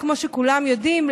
כמו שכולם יודעים,